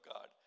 God